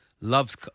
Loves